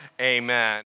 amen